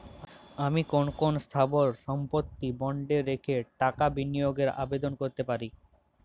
আমি কোন কোন স্থাবর সম্পত্তিকে বন্ডে রেখে টাকা বিনিয়োগের আবেদন করতে পারি?